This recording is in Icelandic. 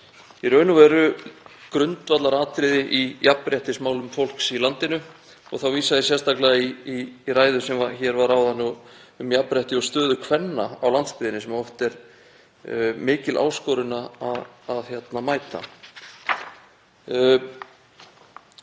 í raun og veru grundvallaratriði í jafnréttismálum fólks í landinu og þá vísa ég sérstaklega í ræðu sem hér var haldin áðan um jafnrétti og stöðu kvenna á landsbyggðinni sem oft er mikil áskorun að mæta. Ég